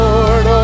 Lord